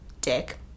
dick